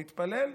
נתפלל,